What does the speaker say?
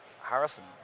Harrison